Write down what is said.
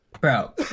Bro